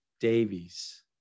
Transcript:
davies